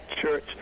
church